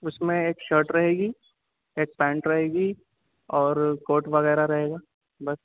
اُس میں ایک شرٹ رہے گی ایک پینٹ رہے گی اور کوٹ وغیرہ رہے گا بس